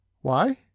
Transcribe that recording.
Why